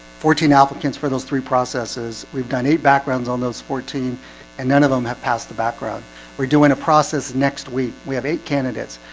fourteen applicants for those three processes we've done eight backgrounds on those fourteen and none of them have passed the background we're doing a process next week. we have eight candidates,